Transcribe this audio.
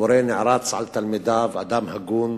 מורה נערץ על תלמידיו, אדם הגון,